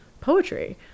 poetry